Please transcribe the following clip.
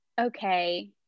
okay